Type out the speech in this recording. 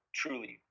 truly